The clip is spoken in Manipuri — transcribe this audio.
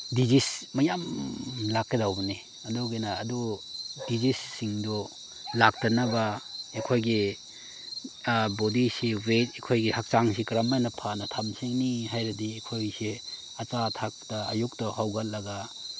ꯗꯤꯖꯤꯁ ꯃꯌꯥꯝ ꯂꯥꯛꯀꯗꯧꯕꯅꯤ ꯑꯗꯨꯒꯤꯅ ꯑꯗꯨ ꯗꯤꯖꯤꯁꯁꯤꯡꯗꯨ ꯂꯥꯛꯇꯅꯕ ꯑꯩꯈꯣꯏꯒꯤ ꯕꯣꯗꯤꯁꯤ ꯋꯦꯠ ꯑꯩꯈꯣꯏꯒꯤ ꯍꯛꯆꯥꯡꯁꯤ ꯀꯔꯝꯃꯥꯏꯅ ꯐꯅ ꯊꯝꯒꯅꯤ ꯍꯥꯏꯔꯗꯤ ꯑꯩꯈꯣꯏꯁꯦ ꯑꯆꯥ ꯑꯊꯛꯇ ꯑꯌꯨꯛꯇ ꯍꯧꯒꯠꯂꯒ